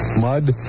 mud